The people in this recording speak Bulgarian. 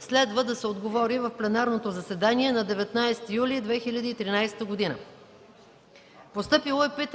Следва да се отговори в пленарното заседание на 19 юли 2013 г.;